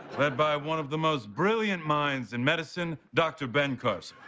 led by one of the most brilliant minds in medicine, dr. ben carson.